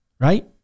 right